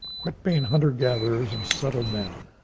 quit being hunter gatherers and settled down.